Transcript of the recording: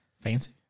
Fancy